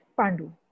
Pandu